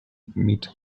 meet